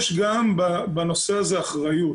יש גם בנושא הזה אחריות.